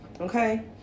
Okay